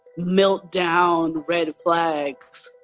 meltdown red flags.